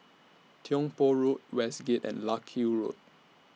Tiong Poh Road Westgate and Larkhill Road